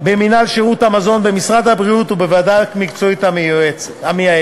במינהל שירות המזון במשרד הבריאות ובוועדה המקצועית המייעצת.